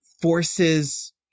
forces